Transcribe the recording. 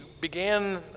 began